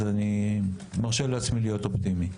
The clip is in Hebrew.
אז אני מרשה לעצמי להיות אופטימי.